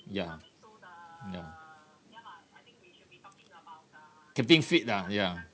ya ya keeping fit lah ya